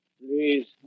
Please